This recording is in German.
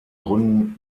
gründen